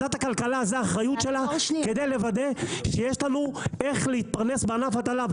זו האחריות של ועדת הכלכלה לוודא שיש לנו איך להתפרנס בענף ההטלה,